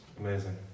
Amazing